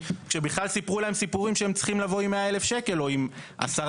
כשבכלל סיפרו להם סיפורים שהם צריכים לבוא עם 100,000 שקל או עם 10%,